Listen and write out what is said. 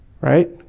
Right